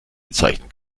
bezeichnen